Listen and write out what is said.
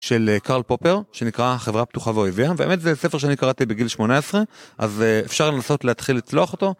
של קארל פופר, שנקרא חברה פתוחה ואויבייה, ובאמת זה ספר שאני קראתי בגיל 18, אז אפשר לנסות להתחיל לצלוח אותו.